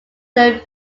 their